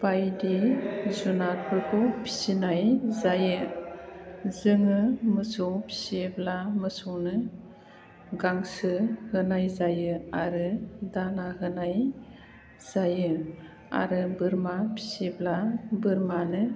बायदि जुनारफोरखौ फिसिनाय जायो जोङो मोसौ फिसियोब्ला मोसौनो गांसो होनाय जायो आरो दाना होनाय जायो आरो बोरमा फिसिब्ला बोरमानो